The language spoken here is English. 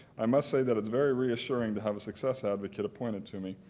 i must say that it's very reassuring to have a success advocate appointed to me.